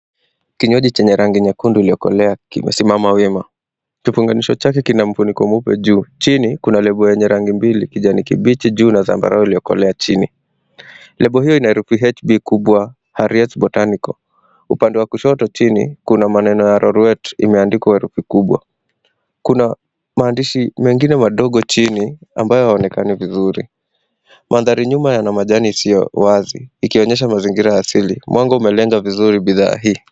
Kinywaji chenye rangi nyekundu iliyokolea kimesimama wima. Kipunganisho chake kina mfuniko mweupe juu. Chini kuna lebo yenye rangi mbili, kijani kibichi juu na zambarau iliyokolea chini. Lebo hiyo ina herufi HB kubwa, "Harriet's Botanical". Upande wa kushoto chini kuna maneno ya "AROROWET" yameandikwa herufi kubwa. Kuna maandishi mengine madogo chini ambayo hayaonekani vizuri. Mandhari nyuma yana majani sio wazi, ikionyesha mazingira asili. Mwanga umelenga vizuri bidhaa hii.